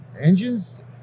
Engines